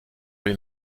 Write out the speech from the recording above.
lui